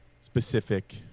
specific